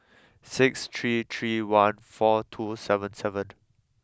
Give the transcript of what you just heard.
six three three one four two seven seven